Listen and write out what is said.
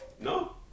no